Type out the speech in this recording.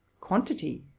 quantity